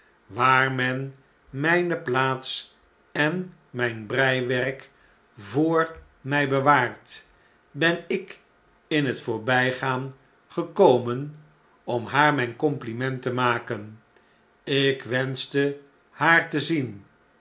waar men mijne plaats en mp breiwerk voor mij bewaart ben ik in het voorbijgaan gekomen om haar mijn compliment te maken ik wenschte haar te zien